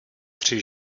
tři